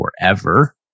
forever